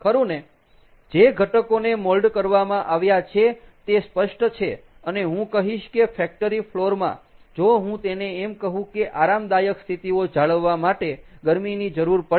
ખરું ને જે ઘટકોને મોલ્ડ કરવામાં આવ્યા છે તે સ્પષ્ટ છે અને હું કહીશ કે ફેક્ટરી ફ્લોર માં જો હું તેને એમ કહું કે આરામદાયક સ્થિતિઓ જાળવવા માટે ગરમીની જરૂર પડે છે